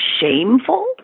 Shameful